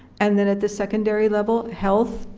and then at the secondary level, health,